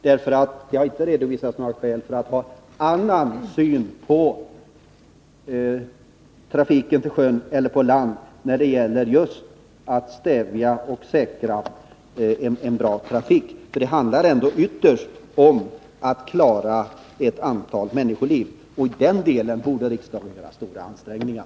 Det har dock inte redovisats några skäl för att man skulle ha en annan syn på sjötrafiken än på landtrafiken när det gäller att stävja missförhållanden och säkra en bra trafik. Det handlar ändå ytterst om att rädda ett antal människoliv, och i den delen borde riksdagen göra stora ansträngningar.